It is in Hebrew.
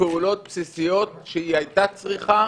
מפעולות בסיסיות שהיא הייתה צריכה